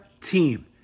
team